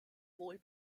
wohl